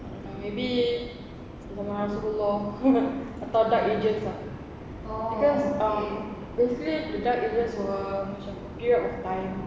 I don't know maybe zaman rasulullah atau dark ages ah cause um basically the dark ages were macam a period of time